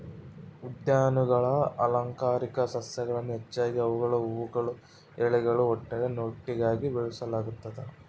ಉದ್ಯಾನಗುಳಾಗ ಅಲಂಕಾರಿಕ ಸಸ್ಯಗಳನ್ನು ಹೆಚ್ಚಾಗಿ ಅವುಗಳ ಹೂವುಗಳು ಎಲೆಗಳು ಒಟ್ಟಾರೆ ನೋಟಕ್ಕಾಗಿ ಬೆಳೆಸಲಾಗ್ತದ